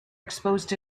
exposed